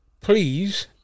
Please